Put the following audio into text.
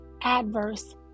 adverse